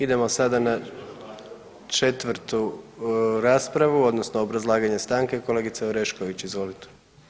Idemo sada na četvrtu raspravu odnosno obrazlaganje stanke, kolegica Orešković, izvolite.